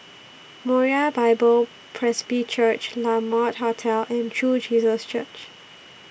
Moriah Bible Presby Church La Mode Hotel and True Jesus Church